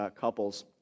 couples